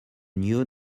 knew